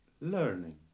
learning